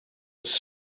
was